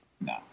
No